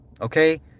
okay